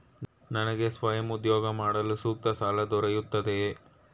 ನನಗೆ ಸ್ವಯಂ ಉದ್ಯೋಗ ಮಾಡಲು ಸೂಕ್ತ ಸಾಲ ದೊರೆಯುತ್ತದೆಯೇ?